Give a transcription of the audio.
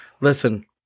listen